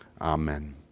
Amen